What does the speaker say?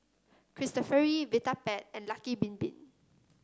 Cristofori Vitapet and Lucky Bin Bin